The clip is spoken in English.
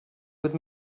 with